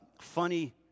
funny